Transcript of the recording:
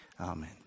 Amen